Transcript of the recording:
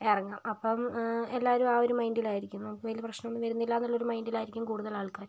എറങ്ങും അപ്പം എല്ലാരും ആ ഒരു മൈൻഡിൽ ആയിരിക്കും നമുക്ക് വലിയ പ്രശ്നം ഒന്നും വരുന്നില്ല എന്നുള്ള മൈൻഡിലായിരിക്കും കൂടുതൽ ആൾക്കാരും